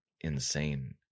Insane